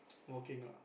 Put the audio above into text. walking ah